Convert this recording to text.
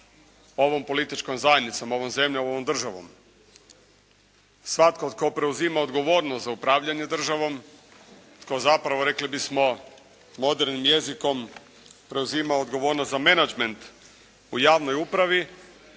ovom političkom zajednicom, ovom zemljom, ovom državom. Svatko tko preuzima odgovornost za upravljanje državom, tko zapravo rekli bismo modernim jezikom preuzima odgovornost za menadžment u javnoj upravi